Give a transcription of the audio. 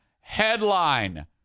headline